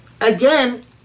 Again